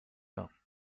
bains